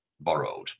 borrowed